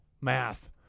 Math